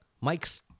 Mike's